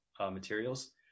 materials